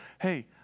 hey